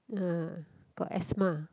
uh got asthma